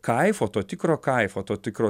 kaifo to tikro kaifo to tikro